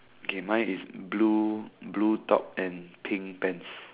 kay mine is blue blue top and pink pants